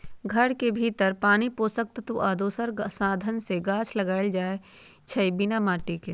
घर के भीतर पानी पोषक तत्व आ दोसर साधन से गाछ लगाएल जाइ छइ बिना माटिके